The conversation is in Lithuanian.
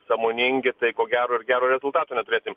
sąmoningi tai ko gero ir gero rezultato neturėsim